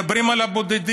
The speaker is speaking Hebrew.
מדברים על בודדים.